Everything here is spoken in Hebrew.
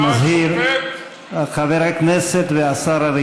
חבריי השרים,